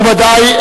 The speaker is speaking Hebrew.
מכובדי,